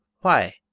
Why